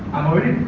i'm already